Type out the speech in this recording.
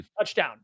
touchdown